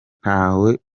ntawe